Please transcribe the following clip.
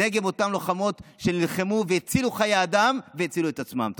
את אותן לוחמות שנלחמו והצילו חיי אדם והצילו את עצמן.